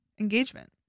Engagement